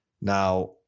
now